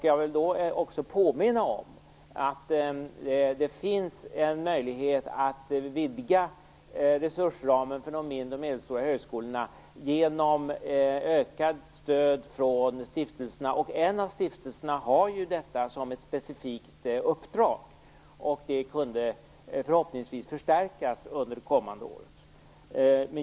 Jag vill påminna om att det finns en möjlighet att vidga resursramen för de mindre och medelstora högskolorna genom ökat stöd från stiftelserna. En av stiftelserna har ju detta som ett specifikt uppdrag. Det kunde förhoppningsvis förstärkas under kommande år.